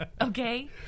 okay